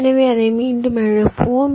எனவே அதை மீண்டும் எழுப்புவோம்